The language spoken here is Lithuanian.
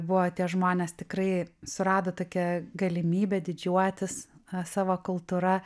buvo tie žmonės tikrai surado tokią galimybę didžiuotis savo kultūra